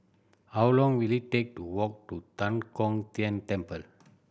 how long will it take to walk to Tan Kong Tian Temple